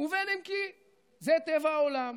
ובין כי זה טבע העולם.